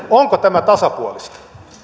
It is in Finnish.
onko tämä tasapuolista